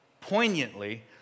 poignantly